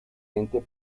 ente